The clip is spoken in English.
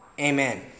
Amen